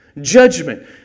judgment